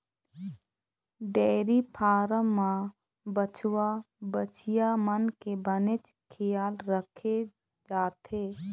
dairy farm म बछवा, बछिया मन के बनेच खियाल राखे जाथे